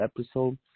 episode